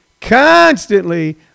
constantly